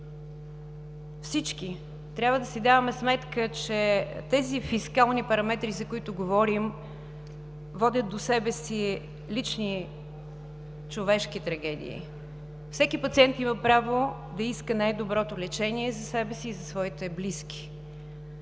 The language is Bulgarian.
всички трябва да си даваме сметка, че тези фискални параметри, за които говорим, водят до себе си лични, човешки трагедии. Всеки пациент има право да иска най-доброто лечение за себе си и за своите близки.